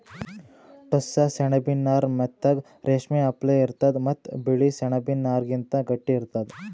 ಟೋಸ್ಸ ಸೆಣಬಿನ್ ನಾರ್ ಮೆತ್ತಗ್ ರೇಶ್ಮಿ ಅಪ್ಲೆ ಇರ್ತದ್ ಮತ್ತ್ ಬಿಳಿ ಸೆಣಬಿನ್ ನಾರ್ಗಿಂತ್ ಗಟ್ಟಿ ಇರ್ತದ್